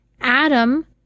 Adam